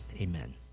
Amen